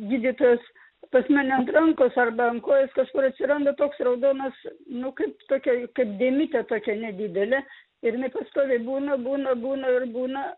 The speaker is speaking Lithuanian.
gydytojos pas mane ant rankos arba ant kojos kažkur atsiranda toks raudonas nu kaip tokia kaip dėmytė tokia nedidelė ir jinai pastoviai būna būna būna ir būna